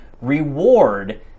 reward